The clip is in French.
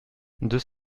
deux